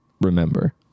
remember